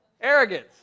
Arrogance